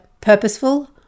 purposeful